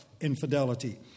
infidelity